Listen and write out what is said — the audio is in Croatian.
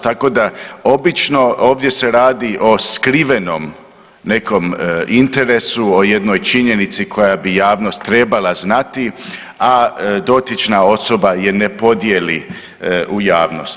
Tako da obično ovdje se radi o skrivenom nekom interesu, o jednoj činjenici koju bi javnost trebala znati, a dotična osoba je ne podijeli u javnost.